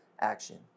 action